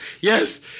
yes